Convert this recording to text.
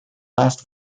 last